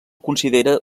considera